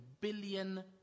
billion